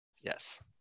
Yes